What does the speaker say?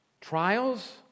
Trials